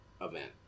event